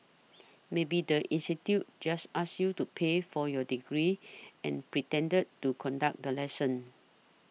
maybe the institute just asked you to pay for your degree and pretended to conduct the lesson